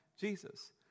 Jesus